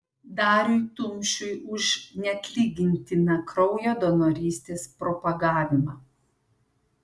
dariui tumšiui už neatlygintiną kraujo donorystės propagavimą